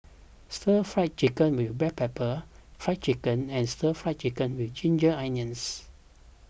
Stir Fried Chicken with Black Pepper Fried Chicken and Stir Fried Chicken with Ginger Onions